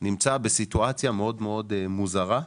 נמצא בסיטואציה מאוד מוזרה.